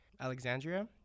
Alexandria